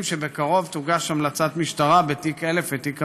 שבקרוב תוגש המלצת המשטרה בתיק 1000 ותיק 2000,